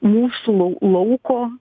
mūsų lau lauko